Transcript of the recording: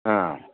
ആ